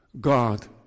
God